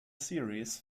series